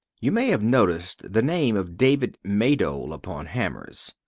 you may have noticed the name of david maydole upon hammers.